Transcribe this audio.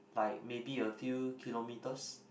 like maybe a few kilometres